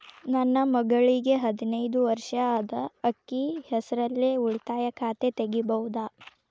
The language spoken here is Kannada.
ನನ್ನ ಮಗಳಿಗೆ ಹದಿನೈದು ವರ್ಷ ಅದ ಅಕ್ಕಿ ಹೆಸರಲ್ಲೇ ಉಳಿತಾಯ ಖಾತೆ ತೆಗೆಯಬಹುದಾ?